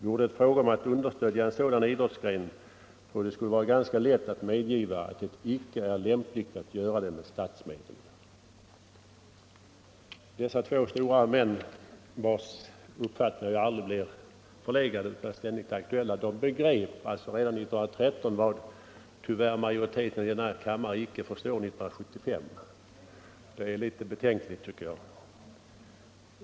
Vore det fråga om att understödja en sådan idrottsgren, tror jag det skulle vara ganska lätt att medgiva, att det icke är lämpligt att göra det med statsmedel.” Dessa två stora män, vilkas uppfattningar ju aldrig blir förlegade utan ständigt är aktuella, begrep alltså redan 1913 vad tyvärr majoriteten i denna kammare icke förstår 1975. Det är litet betänkligt, tycker jag.